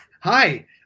Hi